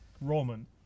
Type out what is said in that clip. Roman